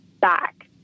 back